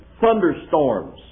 thunderstorms